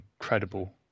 incredible